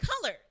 color